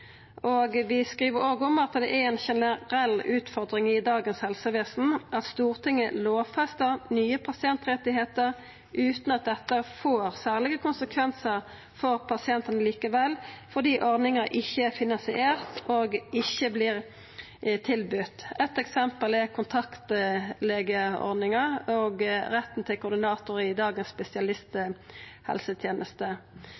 Vi skriv òg at det er ei generell utfordring i dagens helsevesen at Stortinget lovfestar nye pasientrettar utan at dette får særlege konsekvensar for pasientane likevel fordi ordninga ikkje er finansiert og ikkje vert tilbydd. Eit eksempel er kontaktlegeordninga og retten til koordinator i dagens